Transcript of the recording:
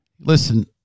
Listen